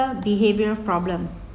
~er behavioural problem